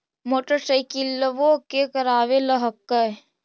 मोटरसाइकिलवो के करावे ल हेकै?